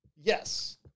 yes